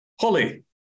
Holly